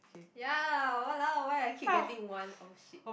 ya !walao! why I keep getting one !oh shit!